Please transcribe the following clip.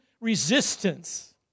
resistance